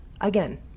Again